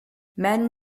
men